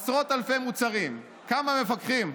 עשרות אלפי מוצרים, כמה מפקחים?